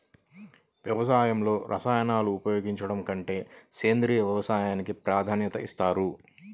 వ్యవసాయంలో రసాయనాలను ఉపయోగించడం కంటే సేంద్రియ వ్యవసాయానికి ప్రాధాన్యత ఇస్తారు